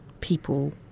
people